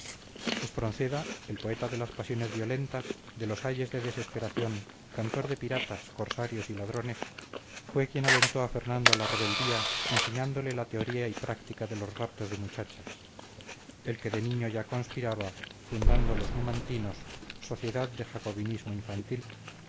vida espronceda el poeta de las pasiones violentas de los ayes de desesperación cantor de piratas corsarios y ladrones fue quien alentó a fernando a la rebeldía enseñándole la teoría y práctica de los raptos de muchachas el que de niño ya conspiraba fundando los numantinos sociedad de jacobinismo infantil